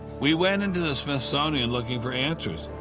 we went into the smithsonian looking for answers,